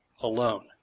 alone